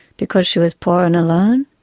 because she was poor and alone,